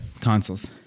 consoles